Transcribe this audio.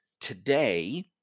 today